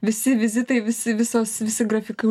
visi vizitai visi visos visi grafikai